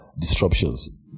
disruptions